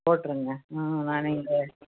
போட்டுருங்க நானே இங்கே